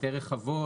היותר רחבות,